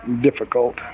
difficult